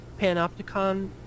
Panopticon